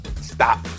stop